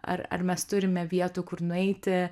ar ar mes turime vietų kur nueiti